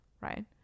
right